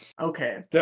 Okay